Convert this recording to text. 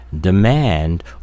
Demand